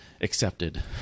accepted